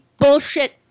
Bullshit